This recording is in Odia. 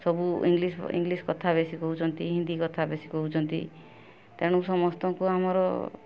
ସବୁ ଇଂଲିଶ୍ ଇଂଲିଶ୍ କଥା ବେଶି କହୁଛନ୍ତି ହିନ୍ଦୀ କଥା ବେଶି କହୁଛନ୍ତି ତେଣୁ ସମସ୍ତଙ୍କୁ ଆମର